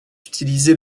utilisée